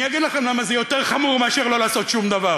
אני אגיד לכם למה זה יותר חמור מאשר לא לעשות שום דבר: